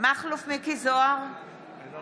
מכלוף מיקי זוהר, אינו